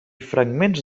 fragments